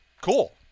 Cool